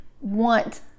want